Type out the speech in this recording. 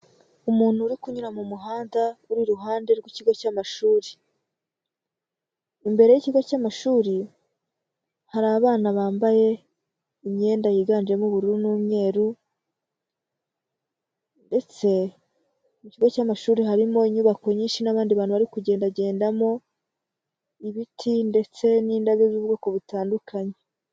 Umuntu uri kunyura mu muhanda uri iruhande rw'ikigo cy'amashuri, imbere y'ikigo cy'amashuri hari abana bambaye imyenda yiganjemo ubururu n'umweru, ndetse mu kigo cy'amashuri harimo inyubako nyinshi n'abandi bantu bari kugendagendamo, ibiti ndetse n'indabyo z'ubwoko butandukanye.